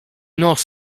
nos